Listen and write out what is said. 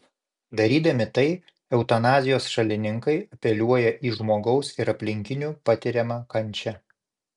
darydami tai eutanazijos šalininkai apeliuoja į žmogaus ir aplinkinių patiriamą kančią